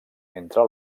entre